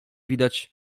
widać